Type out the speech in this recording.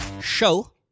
Show